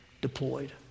deployed